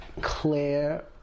Claire